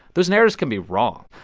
those narratives can be wrong.